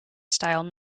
style